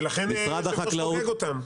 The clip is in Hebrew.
ולכן היושב-ראש חוקק אותן.